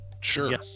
Sure